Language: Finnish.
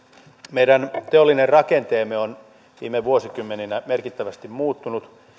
meidän teollinen rakenteemme on viime vuosikymmeninä merkittävästi muuttunut